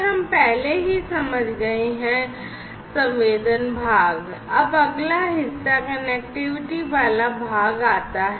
हम पहले ही समझ गए हैं संवेदन भाग अब अगला हिस्सा कनेक्टिविटी वाला भाग आता है